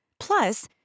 Plus